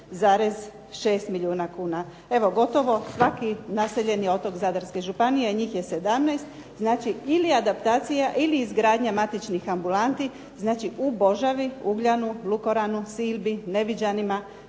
13,6 milijuna kuna. Evo gotovo svaki naseljeni otok Zadarske županije, a njih je 17 znači ili adaptacija ili izgradnja matičnih ambulanti, znači u Božavi, Ugljanu, Lukoranu, Silbi, Neviđanima,